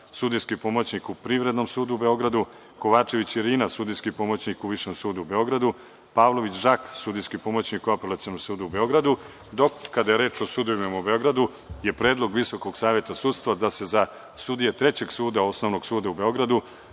sudijski pomoćnik u Privrednom sudu u Beogradu, Kovačević Irina, sudijski pomoćnik u Višem sudu u Beogradu, Pavlović Žak, sudijski pomoćnik u Apelacionom sudu u Beogradu. Kada je reč o sudovima u Beogradu, predlog Visokog saveta sudstva je da se za sudije Trećeg osnovnog suda u Beogradu